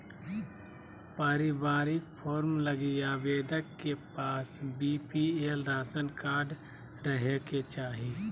पारिवारिक फार्म लगी आवेदक के पास बीपीएल राशन कार्ड रहे के चाहि